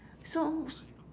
so